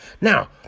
now